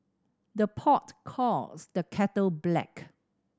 the pot calls the kettle black